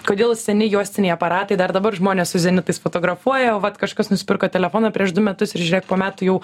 kodėl seni juostiniai aparatai dar dabar žmonės su zenitais fotografuoja o vat kažkas nusipirko telefoną prieš du metus ir žiūrėk po metų jau